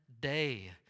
day